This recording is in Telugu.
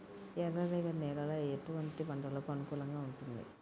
ఎర్ర రేగడి నేల ఎటువంటి పంటలకు అనుకూలంగా ఉంటుంది?